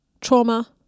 trauma